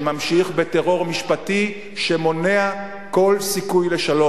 שממשיך בטרור משפטי שמונע כל סיכוי לשלום.